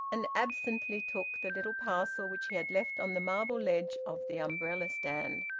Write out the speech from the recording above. and absently took the little parcel which he had left on the marble ledge of the umbrella-stand.